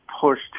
pushed